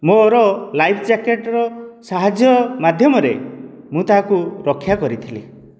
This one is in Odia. ମୋର ଲାଇଫ୍ ଜ୍ୟାକେଟ୍ର ସାହାଯ୍ୟ ମାଧ୍ୟମରେ ମୁଁ ତାହାକୁ ରକ୍ଷା କରିଥିଲି